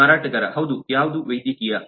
ಮಾರಾಟಗಾರ ಹೌದು ಯಾವುದು ವೈದ್ಯಕೀಯ